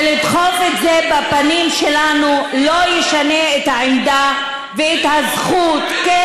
ולדחוף את זה בפנים שלנו לא ישנה את העמדה ואת הזכות כן